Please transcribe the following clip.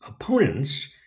Opponents